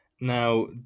Now